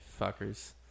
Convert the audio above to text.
fuckers